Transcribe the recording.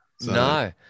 no